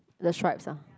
the stripes ah